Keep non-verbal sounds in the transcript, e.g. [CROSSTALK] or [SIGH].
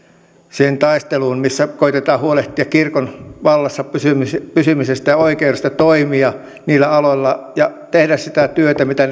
taisteluun missä koetetaan huolehtia kirkon vallassa pysymisestä pysymisestä ja oikeudesta toimia niillä aloilla ja tehdä sitä työtä mitä [UNINTELLIGIBLE]